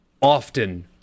often